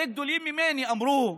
הרי גדולים ממני אמרו: